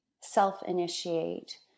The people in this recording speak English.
self-initiate